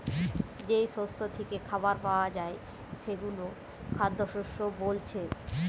যেই শস্য থিকে খাবার পায়া যায় সেগুলো খাদ্যশস্য বোলছে